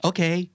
Okay